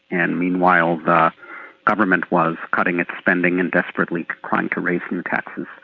and meanwhile the government was cutting its spending and desperately trying to raise new taxes.